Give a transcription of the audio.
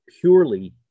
purely